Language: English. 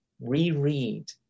reread